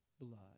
blood